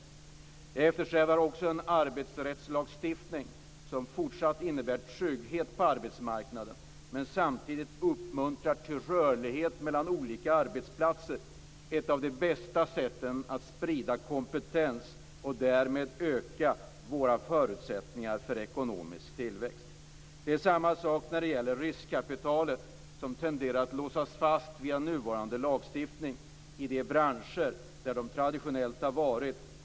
Jag eftersträvar också en arbetsrättslagstiftning som fortsatt innebär trygghet på arbetsmarknaden och samtidigt uppmuntrar till rörlighet mellan olika arbetsplatser - ett av de bästa sätten att sprida kompetens och därmed öka våra förutsättningar för ekonomisk tillväxt. Samma sak gäller riskkapitalet som genom nuvarande lagstiftning tenderar att låsas fast i de branscher där de traditionellt har varit.